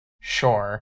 sure